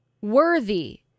worthy